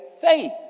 faith